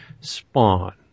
Spawn